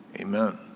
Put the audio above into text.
amen